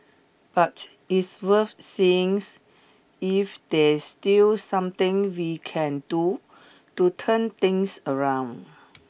but it's worth seeing if there's still something we can do to turn things around